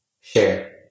share